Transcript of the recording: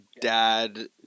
dad